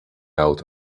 out